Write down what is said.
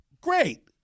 great